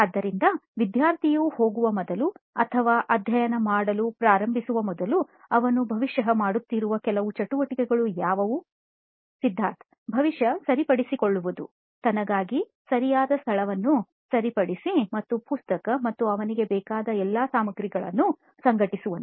ಆದ್ದರಿಂದ ವಿದ್ಯಾರ್ಥಿಯು ಹೋಗುವ ಮೊದಲು ಅಥವಾ ಅಧ್ಯಯನ ಮಾಡಲು ಪ್ರಾರಂಭಿಸುವ ಮೊದಲು ಅವನು ಬಹುಶಃ ಮಾಡುತ್ತಿರುವ ಕೆಲವು ಚಟುವಟಿಕೆಗಳು ಯಾವುವು ಸಿದ್ಧಾರ್ಥ್ ಬಹುಶಃ ಸರಿಪಡಿಸಿಕೊಳ್ಳುವುದು ತನಗಾಗಿ ಸರಿಯಾದ ಸ್ಥಳವನ್ನು ಸರಿಪಡಿಸಿ ಮತ್ತು ಪುಸ್ತಕ ಮತ್ತು ಅವನಿಗೆ ಬೇಕಾದ ಎಲ್ಲಾ ಸಾಮಗ್ರಿಗಳನ್ನೂ ಸಂಘಟಿಸುವನು